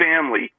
family